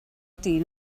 dyn